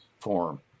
form